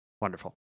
Wonderful